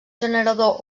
generador